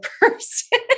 person